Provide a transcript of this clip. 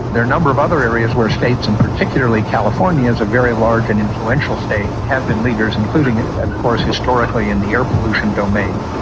there are a number of other areas where states and particularly california as a very large and influential state have been leaders, including of course historically in the air pollution domain.